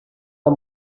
the